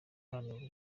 uhagararira